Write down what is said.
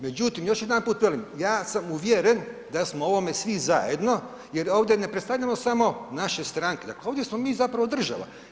Međutim, još jedanput velim, ja sam uvjeren da smo u ovome svi zajedno jer ovdje ne predstavljamo samo naše stranke, dakle ovdje smo mi zapravo država.